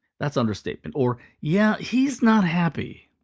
that's understatement. or, yeah, he's not happy.